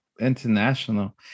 international